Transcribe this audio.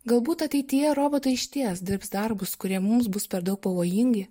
galbūt ateityje robotai išties dirbs darbus kurie mums bus per daug pavojingi